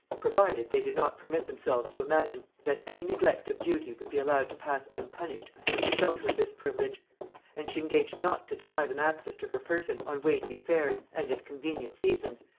provided they did not permit themselves to imagine that any neglect of duty would be allowed to pass unpunished under shelter of this privilege and she engaged not to deny them access to her person on weighty affairs, and at convenient seasons,